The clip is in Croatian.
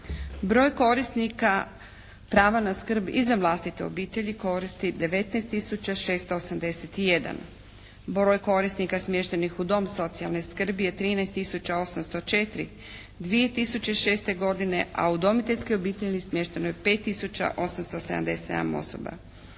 Broj korisnika prava na skrb i za vlastite obitelji koristi 19 tisuća 681. broj korisnika smještenih u dom socijalne skrbi je 13 tisuća 804, 2006. godine, a u udomiteljske obitelji smješteno je 5 tisuća